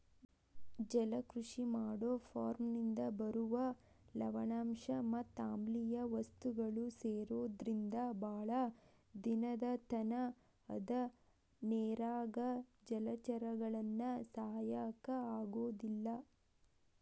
ಜಲಕೃಷಿ ಮಾಡೋ ಫಾರ್ಮನಿಂದ ಬರುವ ಲವಣಾಂಶ ಮತ್ ಆಮ್ಲಿಯ ವಸ್ತುಗಳು ಸೇರೊದ್ರಿಂದ ಬಾಳ ದಿನದತನ ಅದ ನೇರಾಗ ಜಲಚರಗಳನ್ನ ಸಾಕಾಕ ಆಗೋದಿಲ್ಲ